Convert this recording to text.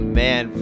man